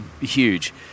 huge